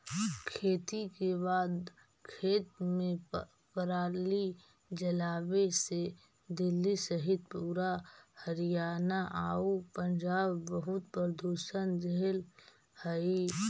खेती के बाद खेत में पराली जलावे से दिल्ली सहित पूरा हरियाणा आउ पंजाब बहुत प्रदूषण झेलऽ हइ